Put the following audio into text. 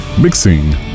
Mixing